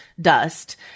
dust